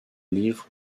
livres